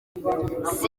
nsinzi